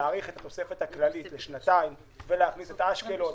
להאריך את התוספת הכללית לשנתיים ולהכניס את אשקלון.